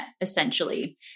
essentially